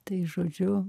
tai žodžiu